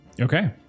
Okay